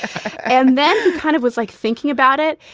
and then kind of was like thinking about it.